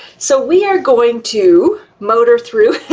so we are going to motor through